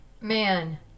Man